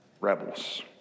rebels